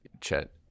Chet